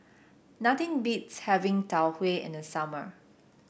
nothing beats having Tau Huay in the summer